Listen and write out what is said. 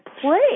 play